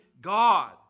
God